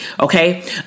Okay